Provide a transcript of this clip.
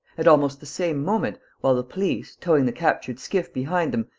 at almost the same moment, while the police, towing the captured skiff behind them,